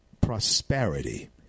prosperity